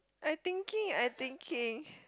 I thinking I thinking